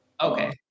Okay